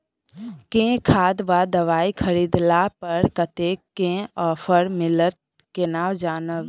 केँ खाद वा दवाई खरीदला पर कतेक केँ ऑफर मिलत केना जानब?